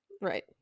Right